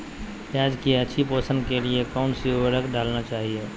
प्याज की अच्छी पोषण के लिए कौन सी उर्वरक डालना चाइए?